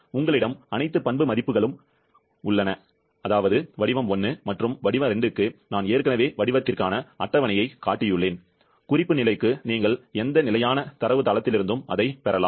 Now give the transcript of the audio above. உங்களிடம் அனைத்து பண்பு மதிப்புகளும் உள்ளன அதாவது வடிவ 1 மற்றும் வடிவ 2 க்கு நான் ஏற்கனவே வடிவத்திற்கான அட்டவணையைக் காட்டியுள்ளேன் குறிப்பு நிலைக்கு நீங்கள் எந்த நிலையான தரவு தளத்திலிருந்தும் அதைப் பெறலாம்